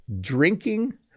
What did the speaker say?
drinking